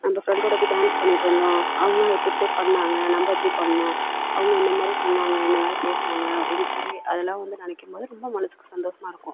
நம்ம ஃப்ரெண்டோடு எப்படி டான்ஸ் பண்ணிகிட்ருந்தோம் அவங்க அதுக்கு எப்படி பண்ணிணாங்க நம்ம எப்படி பண்ணிணோம் அவங்க என்ன மாதிரி சொன்னாங்க என்ன மாதிரி பேசினாங்க அப்படின்னு சொல்லி அதெல்லாம் வந்து நினைக்கும்போது ரொம்ப மனதுக்கு சந்தோஷமா இருக்கும்